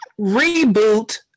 reboot